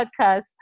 podcast